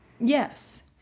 Yes